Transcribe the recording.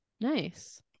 Nice